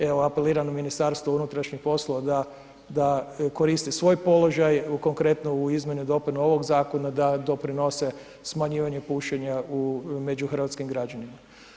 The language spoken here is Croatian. Evo apeliram na Ministarstvo unutrašnjih poslova da koristi svoj položaj konkretno u izmjene i dopune ovog zakona da doprinose smanjivanju pušenja među hrvatskim građanima.